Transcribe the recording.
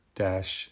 dash